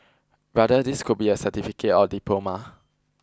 rather this could be a certificate or diploma